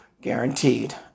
Guaranteed